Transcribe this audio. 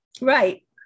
Right